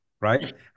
right